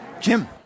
Jim